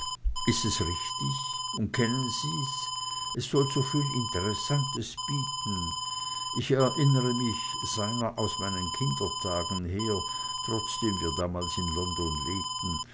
ist es richtig und kennen sie's es soll soviel interessantes bieten ich erinnere mich seiner aus meinen kindertagen her trotzdem wir damals in london lebten